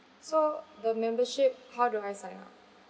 so the membership how do I sign up